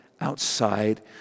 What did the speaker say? outside